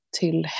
till